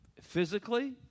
physically